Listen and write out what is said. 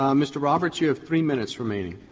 um mr. roberts, you have three minutes remaining.